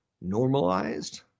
normalized